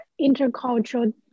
intercultural